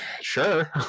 sure